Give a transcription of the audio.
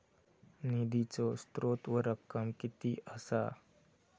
निधीचो स्त्रोत व रक्कम कीती असा?